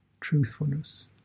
truthfulness